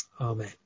Amen